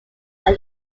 are